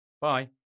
Bye